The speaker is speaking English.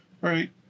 right